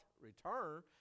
return